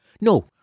No